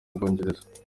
bwongereza